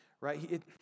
right